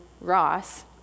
Ross